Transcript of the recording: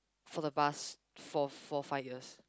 for the past four four five years